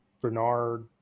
Bernard